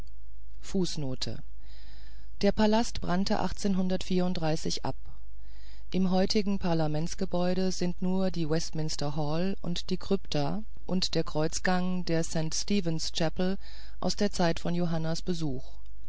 der palast brannte ab im heutigen parlamentsgebäude sind nur die westminster hall und die krypta und der kreuzgang der st stephens chapel aus der zeit von johannas besuch